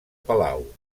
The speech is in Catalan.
palau